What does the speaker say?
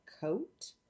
coat